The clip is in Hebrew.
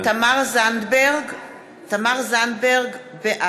(קוראת בשם חברת הכנסת) תמר זנדברג, בעד